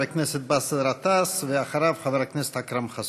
הכנסת באסל גטאס, ואחריו, חבר הכנסת אכרם חסון.